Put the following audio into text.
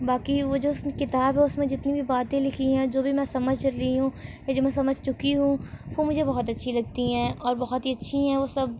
باقی وہ جو کتاب ہے اس میں جتنی بھی باتیں لکھی ہیں جو بھی میں سمجھ لی ہوں جو میں سمجھ چکی ہوں وہ مجھے بہت اچھی لگتی ہیں اور بہت ہی اچھی ہیں وہ سب